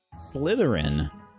Slytherin